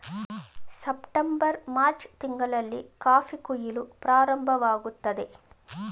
September March ತಿಂಗಳಲ್ಲಿ coffee ಕುಯಿಲು ಪ್ರಾರಂಭವಾಗುತ್ತದೆ